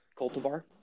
cultivar